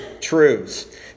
truths